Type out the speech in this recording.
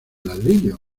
ladrillo